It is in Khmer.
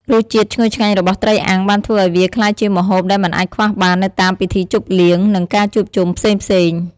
រសជាតិឈ្ងុយឆ្ងាញ់របស់ត្រីអាំងបានធ្វើឲ្យវាក្លាយជាម្ហូបដែលមិនអាចខ្វះបាននៅតាមពិធីជប់លៀង និងការជួបជុំផ្សេងៗ។